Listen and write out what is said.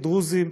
דרוזים,